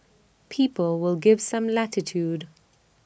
people will give some latitude